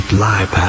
live